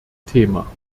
thema